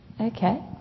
Okay